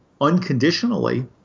unconditionally